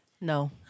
No